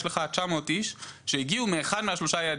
יש לך 900 אנשים שהגיעו מאחד משלושת היעדים האלה.